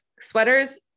sweaters